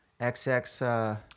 xx